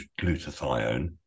glutathione